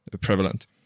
prevalent